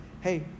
hey